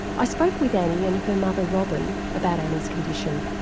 i spoke with annie and her mother robyn about annie's condition.